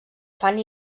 fan